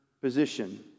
position